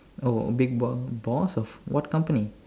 oh a big bo~ boss of what company